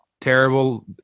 terrible